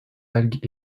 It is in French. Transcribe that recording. algues